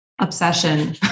obsession